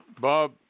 Bob